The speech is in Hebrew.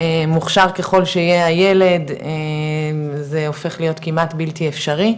מוכשר ככל שיהיה הילד זה הופך להיות כמעט בלתי אפשרי,